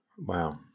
Wow